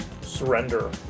surrender